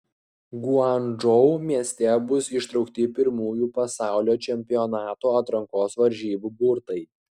guangdžou mieste bus ištraukti pirmųjų pasaulio čempionato atrankos varžybų burtai